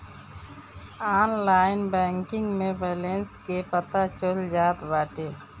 online banking में balance के पता चल जात बाटे